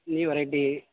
new variety